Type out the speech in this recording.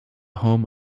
home